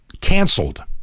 canceled